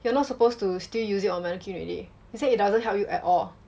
you are not supposed to still use it on mannequin already she say it doesn't help you at all